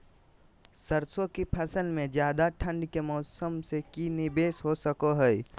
सरसों की फसल में ज्यादा ठंड के मौसम से की निवेस हो सको हय?